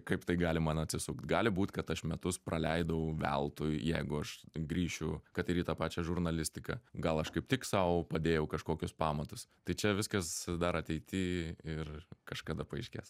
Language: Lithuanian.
kaip tai gali man atsisukt gali būti kad aš metus praleidau veltui jeigu aš grįšiu kad ir į tą pačią žurnalistiką gal aš kaip tik sau padėjau kažkokius pamatus tai čia viskas dar ateity ir kažkada paaiškės